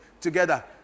together